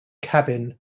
cabin